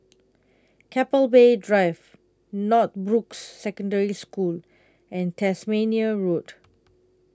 Keppel Bay Drive Northbrooks Secondary School and Tasmania Road